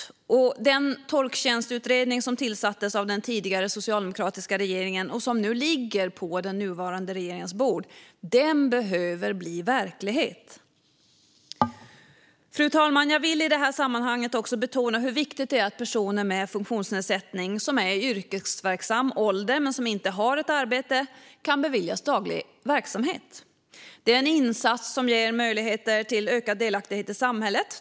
Förslagen från den tolktjänstutredning som tillsattes av den tidigare socialdemokratiska regeringen ligger nu på den nuvarande regeringens bord, och de behöver bli verklighet. Fru talman! Jag vill i detta sammanhang också betona hur viktigt det är att personer med funktionsnedsättning som är i yrkesverksam ålder men som inte har ett arbete kan beviljas daglig verksamhet. Det är en insats som ger möjligheter till ökad delaktighet i samhället.